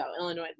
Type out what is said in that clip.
Illinois